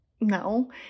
No